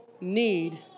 need